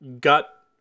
gut